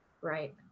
Right